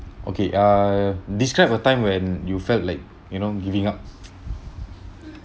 okay uh describe a time when you felt like you know giving up